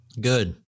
Good